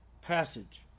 passage